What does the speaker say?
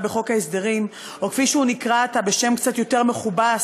בחוק ההסדרים או כפי שהוא נקרא עתה בשם קצת יותר מכובס,